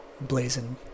blazing